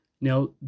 Now